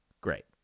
great